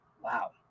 Wow